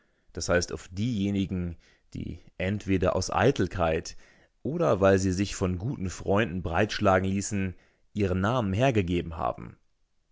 d h auf diejenigen die entweder aus eitelkeit oder weil sie sich von guten freunden breitschlagen ließen ihren namen hergegeben haben